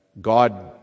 God